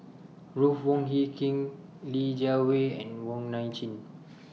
Ruth Wong Hie King Li Jiawei and Wong Nai Chin